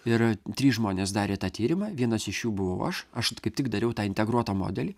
ir trys žmonės darė tą tyrimą vienas iš jų buvau aš aš kaip tik dariau tą integruotą modelį